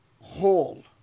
whole